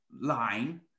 line